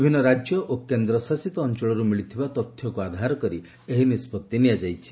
ବିଭିନ୍ନ ରାଜ୍ୟ ଓ କେନ୍ଦ୍ରଶାସିତ ଅଞ୍ଚଳର୍ ମିଳିଥିବା ତଥ୍ୟକ୍ ଆଧାର କରି ଏହି ନିଷ୍ପଭି ନିଆଯାଇଛି